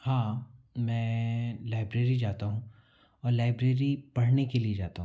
हाँ मैं लाइब्रेरी जाता हूँ और लाइब्रेरी पढ़ने के लिये जाता हूँ